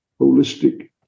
holistic